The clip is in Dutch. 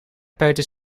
peuter